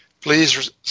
Please